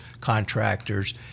contractors